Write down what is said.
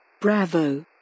Bravo